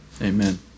Amen